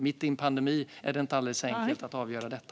Mitt i en pandemi är det inte alldeles enkelt att avgöra detta.